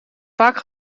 vaak